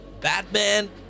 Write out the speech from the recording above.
Batman